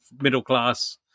middle-class